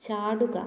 ചാടുക